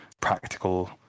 practical